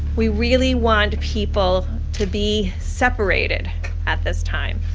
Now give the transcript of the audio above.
we really want people to be separated at this time.